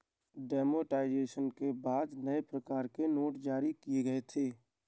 demonetisation के बाद नए प्रकार के नोट जारी किए गए थे